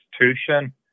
institution